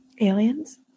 aliens